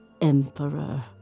Emperor